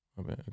Okay